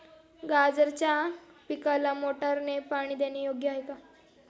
गाजराच्या पिकाला मोटारने पाणी देणे योग्य आहे का?